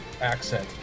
Accent